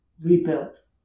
rebuilt